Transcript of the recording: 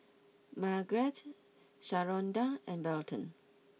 Margret Sharonda and Belton